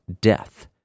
death